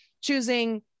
choosing